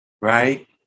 right